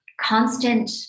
constant